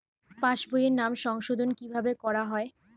পাশ বইয়ে নাম সংশোধন কিভাবে করা হয়?